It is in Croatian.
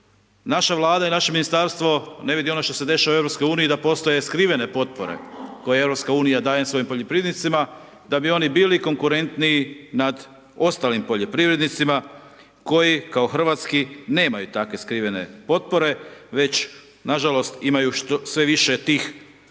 naša Vlada i naše ministarstvo ne vidi ono što se dešava u EU-u, da postoje skrivene potpore koje EU daje svojim poljoprivrednicima da bi oni bili konkurentniji nad ostalim poljoprivrednicima koji kao hrvatski nemaju takve skrivene potpore već nažalost imaju sve više tih prepreka